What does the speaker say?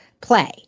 play